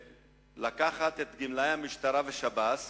לקחת את גמלאי המשטרה ושב"ס